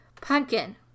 Pumpkin